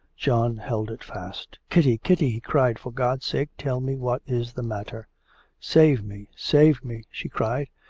john held it fast. kitty, kitty he cried, for god's sake, tell me what is the matter save me! save me she cried,